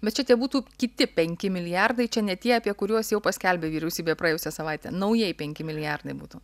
bet čia tie būtų kiti penki milijardai čia ne tie apie kuriuos jau paskelbė vyriausybė praėjusią savaitę naujai penki milijardai būtų